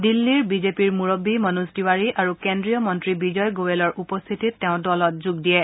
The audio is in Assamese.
দিল্লীৰ বিজেপি মূৰববী মনোজ তিৱাৰী আৰু কেন্দ্ৰীয় মন্ত্ৰী বিজয় গোৱেলৰ উপস্থিতিত তেওঁ দলত যোগ দিয়ে